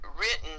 written